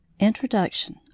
Introduction